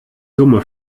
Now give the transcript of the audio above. summe